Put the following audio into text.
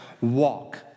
walk